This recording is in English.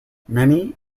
many